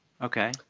Okay